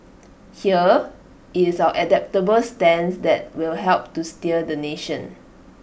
here it's our adaptable stance that will help to steer the nation